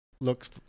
looks